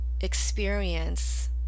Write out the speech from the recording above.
experience